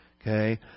Okay